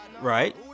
Right